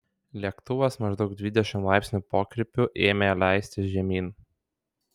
lėktuvas maždaug dvidešimt laipsnių pokrypiu ėmė leistis žemyn